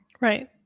Right